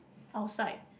outside